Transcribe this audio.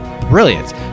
brilliant